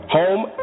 home